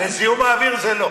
וזיהום האוויר זה לא.